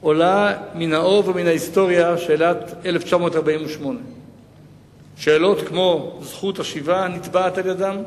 עולה מן האוב ומן ההיסטוריה שאלת 1948. שאלות כמו זכות השיבה נתבעת על-ידם,